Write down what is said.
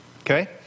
okay